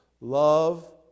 love